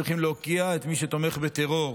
צריכים להוקיע את מי שתומך בטרור,